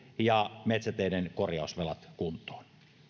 ja metsäteiden korjausvelat kuntoon